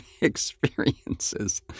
experiences